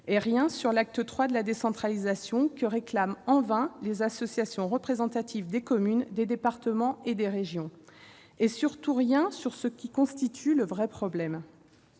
; rien sur l'acte III de la décentralisation que réclament en vain les associations représentatives des communes, des départements et des régions ; surtout, rien sur ce qui constitue le vrai problème,